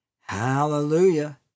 Hallelujah